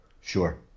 Sure